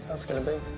it's gonna be.